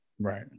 right